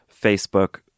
Facebook